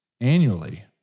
annually